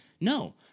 no